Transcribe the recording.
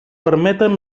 permeten